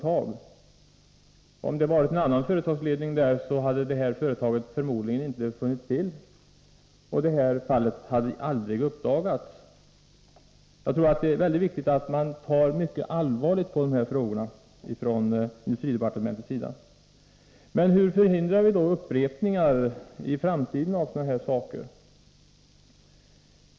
Hade det haft en annan företagsledning, hade det förmodligen inte funnits till i dag, och fallet hade aldrig uppdagats. Jag tror det är viktigt att industridepartementet tar mycket allvarligt på sådana här frågor. Hur förhindrar vi då upprepningar i framtiden av händelser som dessa?